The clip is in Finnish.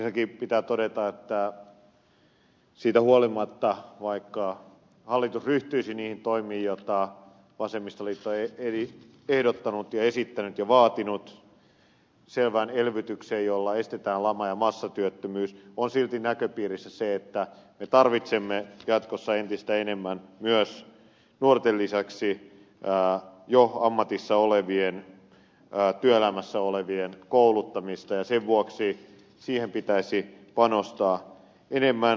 ensinnäkin pitää todeta että siitä huolimatta että hallitus ryhtyisi niihin toimiin joita vasemmistoliitto on ehdottanut ja esittänyt ja vaatinut eli selvään elvytykseen jolla estetään lama ja massatyöttömyys on silti näköpiirissä se että me tarvitsemme jatkossa entistä enemmän myös nuorten lisäksi jo ammatissa olevien työelämässä olevien kouluttamista ja sen vuoksi siihen pitäisi panostaa enemmän